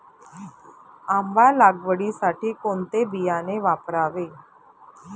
आंबा लागवडीसाठी कोणते बियाणे वापरावे?